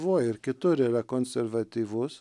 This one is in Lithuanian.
buvo ir kitur yra konservatyvus